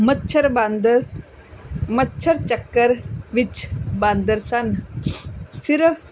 ਮੱਛਰ ਬਾਂਦਰ ਮੱਛਰ ਚੱਕਰ ਵਿੱਚ ਬਾਂਦਰ ਸਨ ਸਿਰਫ਼